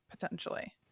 Potentially